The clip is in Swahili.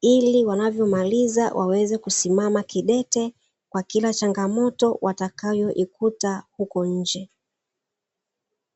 ili wanavyomaliza waweze kusimama kidete, kwa kila chamgamoto watayoikuta huko nje.